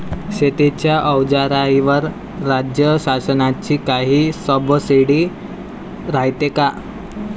शेतीच्या अवजाराईवर राज्य शासनाची काई सबसीडी रायते का?